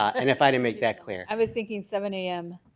and if i didn't make that clear i was thinking seven a m.